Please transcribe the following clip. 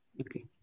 Okay